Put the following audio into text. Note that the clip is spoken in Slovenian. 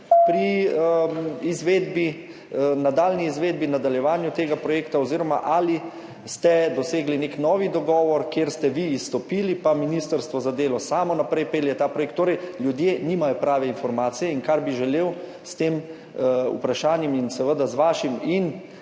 pri nadaljnji izvedbi, nadaljevanju tega projekta oziroma ali ste dosegli nek novi dogovor, kjer ste vi izstopili pa ministrstvo za delo samo naprej pelje ta projekt. Torej, ljudje nimajo prave informacije, in kar bi želel s tem vprašanjem in seveda z vašim in